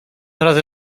razy